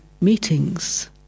meetings